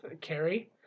Carrie